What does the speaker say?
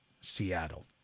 Seattle